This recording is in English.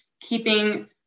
keeping